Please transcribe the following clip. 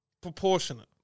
proportionate